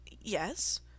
Yes